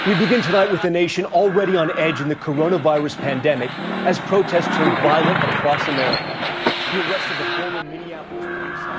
we begin tonight with a nation already on edge in the corona virus pandemic as protests turned violent across america the arrest of a former minneapolis police